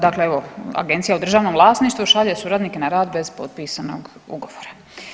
Dakle, evo agencija u državnom vlasništvu šalje suradnike na rad bez potpisanog ugovora.